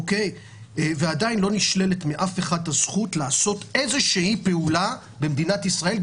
עיין לא נשללת מאף אחד הזכות לעשות פעולה במדינת ישראל,